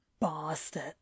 Bastard